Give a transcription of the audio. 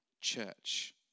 church